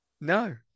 No